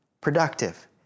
productive